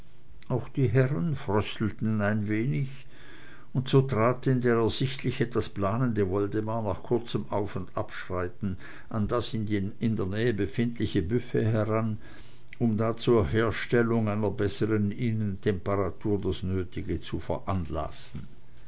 auch die herren fröstelten ein wenig und so trat denn der ersichtlich etwas planende woldemar nach kurzem aufundabschreiten an das in der nähe befindliche büfett heran um da zur herstellung einer besseren innentemperatur das nötige zu veranlassen